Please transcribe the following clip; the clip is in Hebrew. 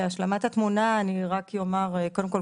להשלמת התמונה אני רק אומר - קודם כל,